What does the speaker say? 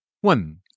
One